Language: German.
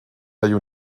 der